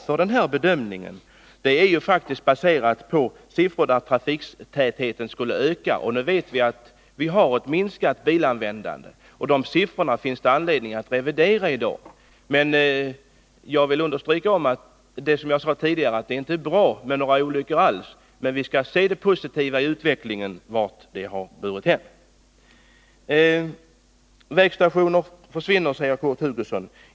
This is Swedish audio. Men den bedömningen är faktiskt baserad på siffror som utgår från att trafiktätheten skulle öka, och vi vet att bilanvändandet minskar och att det alltså i dag finns anledning att revidera de siffrorna. Jag vill dock understryka det som jag sade tidigare, att det inte är bra med några olyckor över huvud taget, men att vi skall se till det positiva i utvecklingen. Vägstationer försvinner, säger Kurt Hugosson.